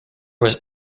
was